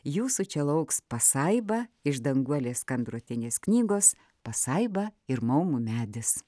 jūsų čia lauks pasaiba iš danguolės kandrotienės knygos pasaiba ir maumų medis